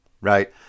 right